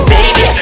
Baby